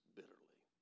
bitterly